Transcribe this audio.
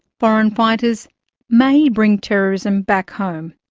foreign fighters may bring terrorism back home.